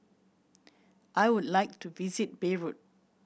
I would like to visit Beirut